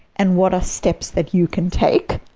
and what are steps that you can take